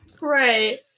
Right